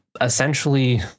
essentially